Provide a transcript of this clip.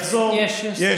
יש, יש שר.